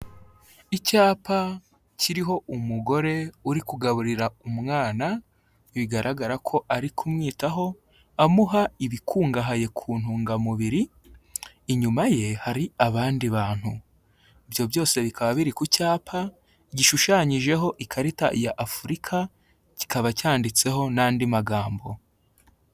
Icyapa kiriho umugore uri kugaburira umwana, bigaragara ko ari kumwitaho amuha ibikungahaye ku ntungamubiri, inyuma ye hari abandi bantu. Ibyo byose bikaba biri ku cyapa gishushanyijeho ikarita ya Afurika, kikaba cyanditseho n'andi magambo.